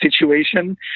situation